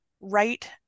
right